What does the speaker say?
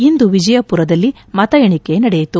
ಇಂದು ವಿಜಯಪುರದಲ್ಲಿ ಮತ ಎಣಿಕೆ ನಡೆಯಿತು